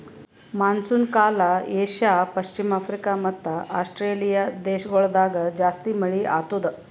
monsoon ಕಾಲ Asia, ಪಶ್ಚಿಮ Africa ಮತ್ತ ಆಸ್ಟ್ರೇಲಿಯಾ ದೇಶಗೊಳ್ದಾಗ್ ಜಾಸ್ತಿ ಮಳೆ ಆತ್ತುದ್